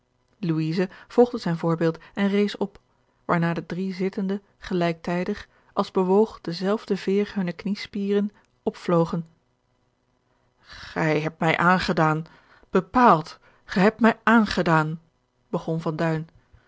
volgde zijn voorbeeld en rees op waarna de drie zittenden gelijktijdig als bewoog dezelfde veer hunne kniespieren opvlogen george een ongeluksvogel gij hebt mij aangedaan bepaald gij hebt mij aangedaan begon